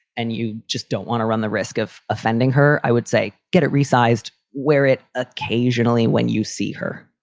and you just don't want to run the risk of offending her. i would say get it resized. wear it. occasionally when you see her,